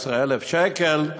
14,000 שקל,